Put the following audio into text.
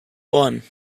ohren